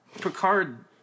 Picard